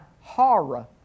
horror